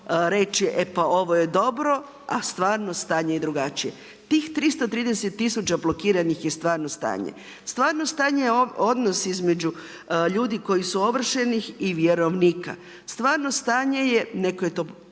reći e pa ovo je dobro, a stvarno stanje je drugačije. Tih 330000 blokiranih je stvarno stanje. Stvarno stanje je odnos između ljudi koji su ovršeni i vjerovnika. Stvarno stanje je netko je to postao